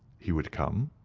he would come.